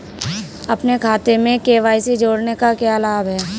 अपने खाते में के.वाई.सी जोड़ने का क्या लाभ है?